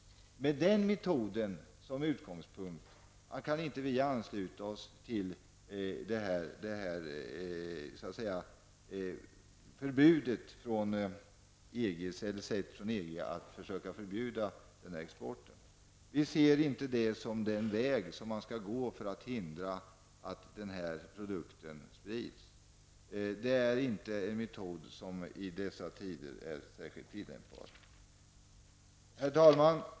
Med den metoden som utgångspunkt kan vi inte ansluta oss till det sätt på vilket man inom EG försöker förbjuda denna export. Vi ser inte detta som den väg man skall gå för att förhindra att denna produkt sprids. I dessa tider är det inte en metod som är särskilt tillämpbar. Herr talman!